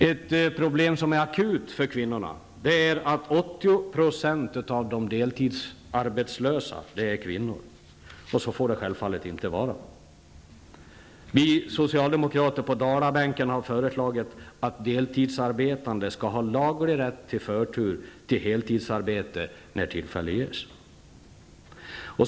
Ett problem som är akut är att 80 % av de deltidsarbetslösa är kvinnor. Så får det självfallet inte vara. Vi socialdemokrater på Dalabänken har föreslagit att deltidsarbetande skall ha laglig rätt till förtur till heltidsarbete när tillfälle ges.